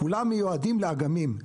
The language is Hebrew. כולם מיועדים לאגמים.